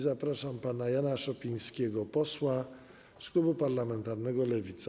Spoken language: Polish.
Zapraszam pana Jana Szopińskiego, posła z klubu parlamentarnego Lewica.